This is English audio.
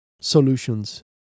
solutions